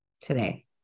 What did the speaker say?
today